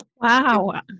Wow